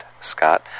Scott